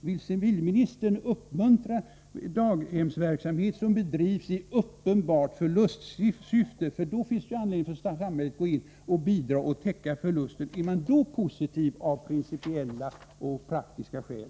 Vill civilministern uppmuntra daghemsverksamhet som bedrivs i uppenbart förlustsyfte? I så fall finns det anledning för samhället att gå in med bidrag för att täcka förlusten. Är man då positiv, av principiella och praktiska skäl?